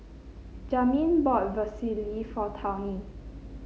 Jamin bought Vermicelli for Tawny